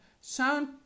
sound